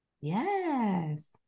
Yes